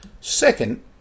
Second